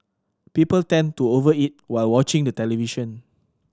people tend to over eat while watching the television